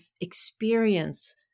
experience